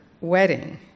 wedding